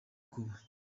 kuba